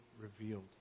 revealed